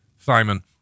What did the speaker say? Simon